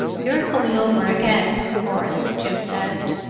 you're coming over again, of course? jim said.